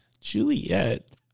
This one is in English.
Juliet